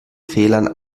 fehlern